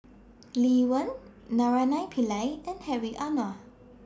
Lee Wen Naraina Pillai and Hedwig Anuar